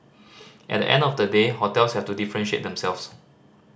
at the end of the day hotels have to differentiate themselves